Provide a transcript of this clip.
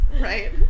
Right